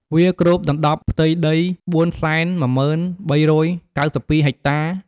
វាគ្របដណ្តប់ផ្ទៃដី ៤១០ ៣៩២ ហិចតា។